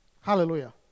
Hallelujah